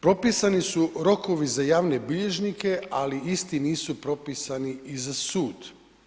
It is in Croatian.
Propisani su rokovi za javne bilježnike, ali isti nisu propisani i za sud.